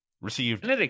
received